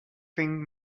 thing